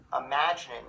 imagine